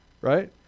right